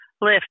lift